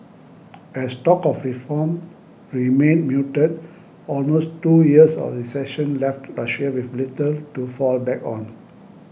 as talk of reform remained muted almost two years of recession left Russia with little to fall back on